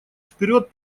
вперед